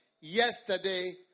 yesterday